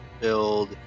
build